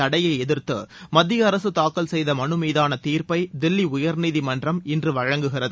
தடையை எதிர்த்து மத்திய அரசு தாக்கல் செய்த மனு மீதான தீர்ப்பை தில்லி உயர்நீதிமன்றம் இன்று வழங்குகிறது